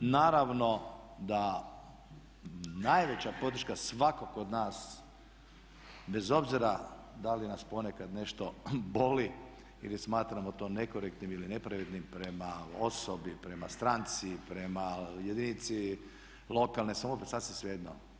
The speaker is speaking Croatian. Naravno da najveća podrška svakog od nas bez obzira da li nas ponekad nešto boli ili smatramo to nekorektnim ili nepravednim prema osobi, prema stranci, prema jedinici lokalne samouprave, sasvim svejedno.